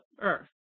Earth